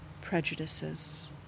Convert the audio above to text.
prejudices